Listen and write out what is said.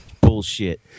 Bullshit